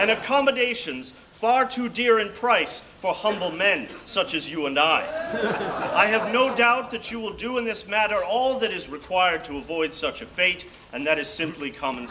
and accommodations are too dear in price for humble men such as you and i i have no doubt that you will do in this matter all that is required to avoid such a fate and that is simply com